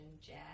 jazz